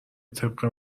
طبق